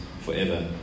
forever